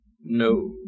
No